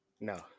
No